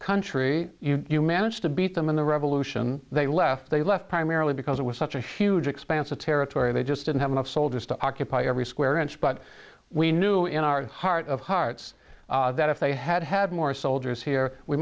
country you managed to beat them in the revolution they left they left primarily because it was such a huge expanse of territory they just didn't have enough soldiers to occupy every square inch but we knew in our heart of hearts that if they had had more soldiers here we